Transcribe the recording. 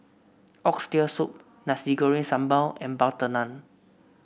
Oxtail Soup Nasi Goreng Sambal and butter naan